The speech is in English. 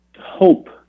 hope